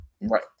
Right